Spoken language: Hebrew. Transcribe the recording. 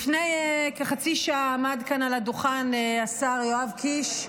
לפני כחצי שעה עמד כאן על הדוכן השר יואב קיש,